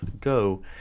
go